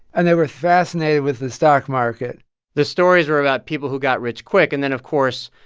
and they were fascinated with the stock market the stories were about people who got rich quick. and then, of course,